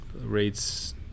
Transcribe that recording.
rates